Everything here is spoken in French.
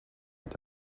est